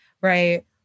right